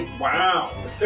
Wow